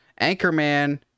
Anchorman